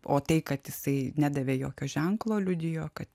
o tai kad jisai nedavė jokio ženklo liudijo kad